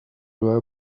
were